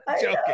joking